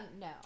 no